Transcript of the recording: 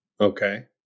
Okay